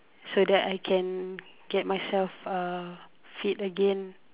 so that I can get myself uh fit again